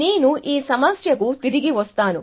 నేను ఈ సమస్యకు తిరిగి వస్తాను